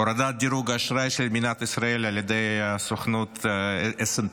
הורדת דירוג האשראי של מדינת ישראל על ידי סוכנות P&S,